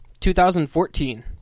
2014